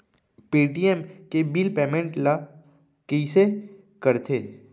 Paytm के bill payment ल कइसे करथे?